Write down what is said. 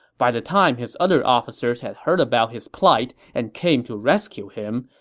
by the time his other officers had heard about his plight and came to rescue him,